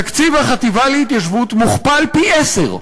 תקציב החטיבה להתיישבות מוכפל פי-עשרה,